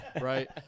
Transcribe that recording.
Right